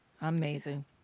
Amazing